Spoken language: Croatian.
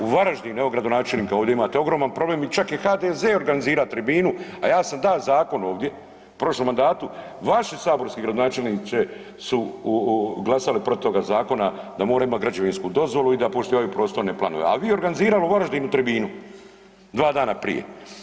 U Varaždinu, evo gradonačelnika ovdje imate, ogroman problem i čak je HDZ organizirao tribinu, a ja sam dao zakon ovdje u prošlom mandatu, vaši saborski zastupniče su glasali protiv toga zakona da mora imati građevinsku dozvolu i da poštivaju prostorne planove, a vi organizirali u Varaždinu tribinu dva dana prije.